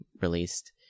released